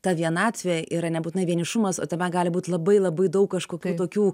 ta vienatvė yra nebūtinai vienišumas o tame gali būt labai labai daug kažkokių tokių